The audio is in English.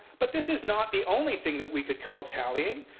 but this is not the only thing that we could call tallying.